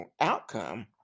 outcome